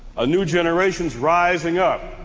a new generation's rising up.